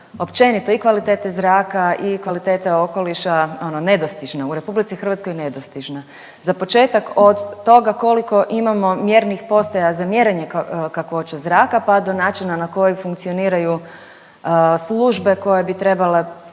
općenito i kvalitete zraka i kvalitete okoliša ono nedostižna, u Republici Hrvatskoj nedostižna. Za početak od toga koliko imamo mjernih postaja za mjerenje kakvoće zraka, pa do načina na koji funkcioniraju službe koje bi trebale